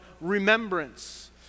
remembrance